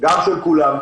גם של כולם,